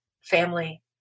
family